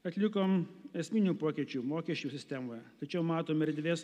atlikom esminių pokyčių mokesčių sistemoje tačiau matom erdvės